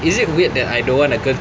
is it weird that I don't want a girl